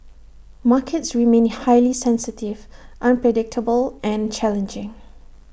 markets remain highly sensitive unpredictable and challenging